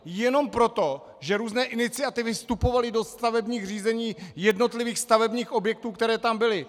Jenom proto, že různé iniciativy vstupovaly do stavebních řízení jednotlivých stavebních objektů, které tam byly.